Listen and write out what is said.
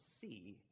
see